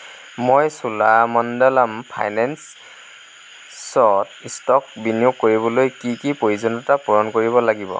মই চোলামণ্ডলম ফাইনেন্স ছ ষ্টক বিনিয়োগ কৰিবলৈ কি কি প্ৰয়োজনীয়তা পূৰণ কৰিব লাগিব